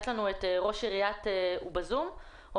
יש לנו ב-זום את רמי גרינברג,